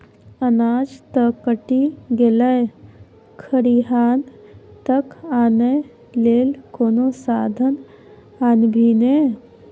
अनाज त कटि गेलै खरिहान तक आनय लेल कोनो साधन आनभी ने